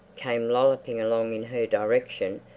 came lolloping along in her direction,